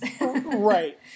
Right